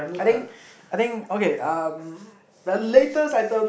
I think I think okay um the latest item